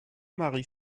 marie